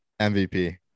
MVP